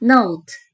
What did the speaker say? Note